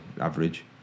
average